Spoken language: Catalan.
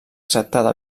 acceptada